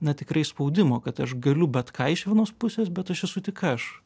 na tikrai spaudimo kad aš galiu bet ką iš vienos pusės bet aš esu tik aš